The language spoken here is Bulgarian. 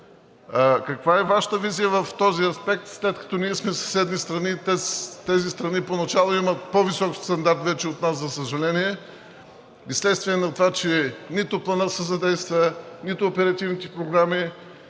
Каква е Вашата визия в този аспект, след като ние сме съседни страни – тези страни поначало имат по-висок стандарт вече от нас, за съжаление? И вследствие на това, че нито Планът се задейства, нито оперативните програми,